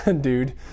dude